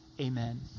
Amen